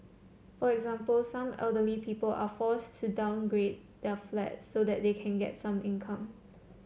for example some elderly people are forced to downgrade their flats so that they can get some income